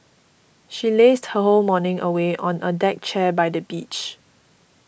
she lazed her whole morning away on a deck chair by the beach